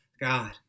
God